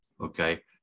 Okay